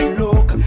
look